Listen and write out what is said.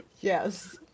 Yes